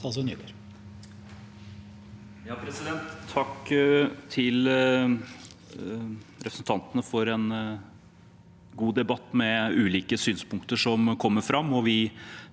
Takk til repre- sentantene for en god debatt med ulike synspunkter som kommer fram.